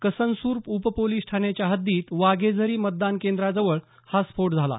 कसनसूर उपपोलिस ठाण्याच्या हद्दीत वाघेझरी मतदान केंद्राजवळ हा स्फोट झाला